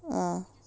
ah